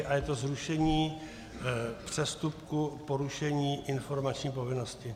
A je to zrušení přestupku porušení informační povinnosti.